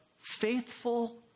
faithful